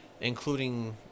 including